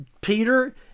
Peter